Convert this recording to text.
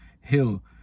Hill